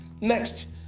Next